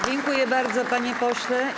Dziękuję bardzo, panie pośle.